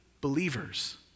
believers